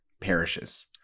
parishes